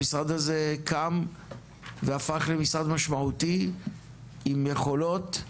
המשרד הזה קם והפך למשרד משמעותי עם יכולות,